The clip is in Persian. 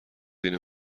اینو